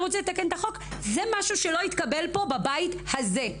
רוצה לתקן את החוק זה משהו שלא יתקבל פה בבית הזה.